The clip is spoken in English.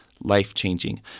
life-changing